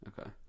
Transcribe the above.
Okay